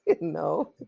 No